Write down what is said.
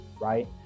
right